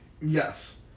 Yes